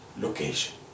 location